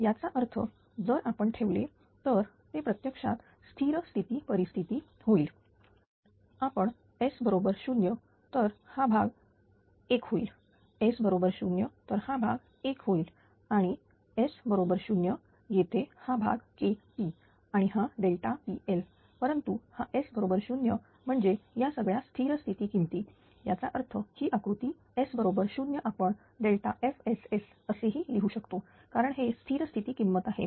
याचा अर्थ जर आपण तेथे ठेवले तर ते प्रत्यक्षात स्थिर स्थिती परिस्थिती होईल जर आपण S बरोबर 0 तर हा भाग 1 होईलS बरोबर 0 तर हा भाग 1 होईलआणि Sबरोबर 0 येथे हा भाग KP आणि हा pL परंतु हा S बरोबर 0 म्हणजे या सगळ्या स्थिर स्थिती किमती याचा अर्थ ही आकृती S बरोबर 0 आपण FSS असेही लिहू शकतो कारण हे स्थिर स्थिती किंमत आहे